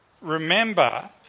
Remember